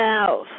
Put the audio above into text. out